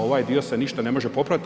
Ovaj dio se ništa ne može popravit.